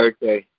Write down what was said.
Okay